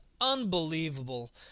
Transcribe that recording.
unbelievable